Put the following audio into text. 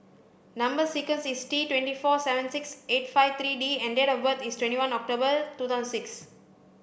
number sequence is T twenty four seven six eight five three D and date of birth is twenty one October two thousand six